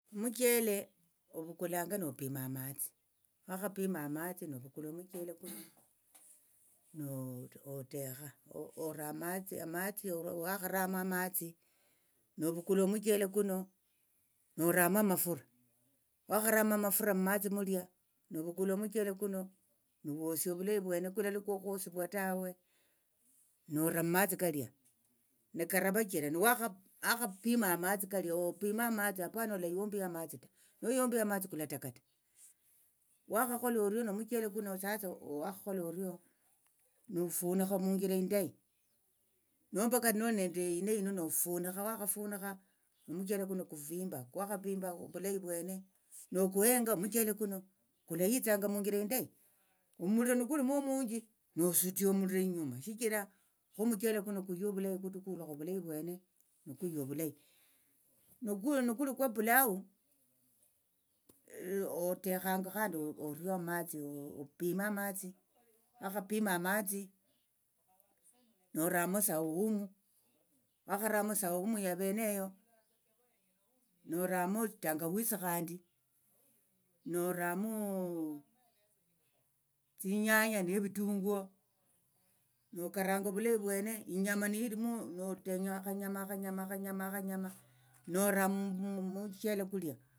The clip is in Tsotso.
Muchele ovukulanga nopima amatsi wakhapima amatsi novukula omuchele kuno notekha ora amatsi amatsi wakharamo amatsi novukula omuchele kuno noramo amafura wakharamo amafura mumatsi mulia novukula omuchele kuno nuwosia ovulayi vwene kulali kwokhwosivwa tawe nora mumatsi kalia nikaravachira nuwakha wakhapima amatsi kalia opime amatsi apana olayombia amatsi ta noyombia amatsi kulatakata wakhakhola orio nomuchele kuno sasa wakhola orio nofunikha munjira indayi nomba kata noli nende ine yino nofunikha wakhafunikha nomuchele kufimba kwakhafimba ovulayi vwene nokuhenga omuchele kuno kulahitsanga munjira indayi omuliro nikulimo omunji nosutia omuliro inyuma shichira khomuchele kuno kuye ovulayi kutukhulukha ovulayi vwene nikuya ovulayi nikuli kwo pilau otekhanga khandi orio amatsi opime amatsi wakhapima amatsi noramo sahumu wakharamo saumu yaveneyo noramo tangawisi khandi noramo tsinyanya nevitunguo nokaranga ovulayi vwene inyama nilimwo notenya akhanyama akhanyama akhanyama akhanyama akhanyama nora mumuchele kulia.